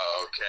Okay